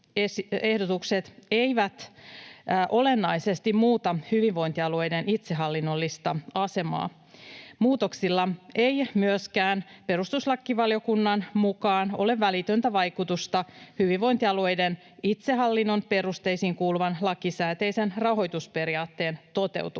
eivät olennaisesti muuta hyvinvointialueiden itsehallinnollista asemaa. Muutoksilla ei myöskään perustuslakivaliokunnan mukaan ole välitöntä vaikutusta hyvinvointialueiden itsehallinnon perusteisiin kuuluvan lakisääteisen rahoitusperiaatteen toteutumiseen.